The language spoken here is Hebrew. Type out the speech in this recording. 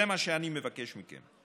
זה מה שאני מבקש מכם.